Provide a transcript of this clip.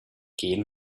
gehen